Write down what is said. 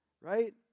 right